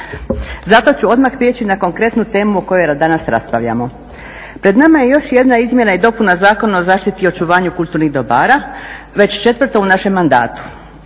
Zato ću odmah prijeći na konkretnu temu o kojoj danas raspravljamo. Pred nama je još jedna izmjena i dopuna Zakona o zaštiti i očuvanju kulturnih dobara već 4.u našem mandatu.